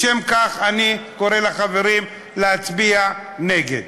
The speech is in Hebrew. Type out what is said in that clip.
משום כך אני קורא לחברים להצביע נגד.